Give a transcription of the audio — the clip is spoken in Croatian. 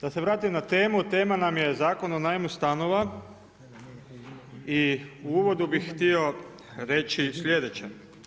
Da se vratim na temu, tema nam je Zakon o najmu stanova i u uvodu bih htio reći sljedeće.